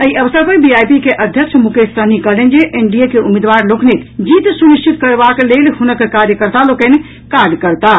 एहि अवसर पर वीआईपी के अध्यक्ष मुकेश सहनी कहलनि जे एनडीए के उम्मीदवार लोकनिक जीत सुनिश्चित करबाक लेल हुनक कार्यकर्ता लोकनि काज करताह